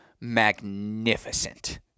Magnificent